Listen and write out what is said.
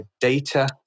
data